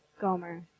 Gomer